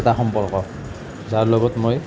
এটা সম্পৰ্ক যাৰ লগত মই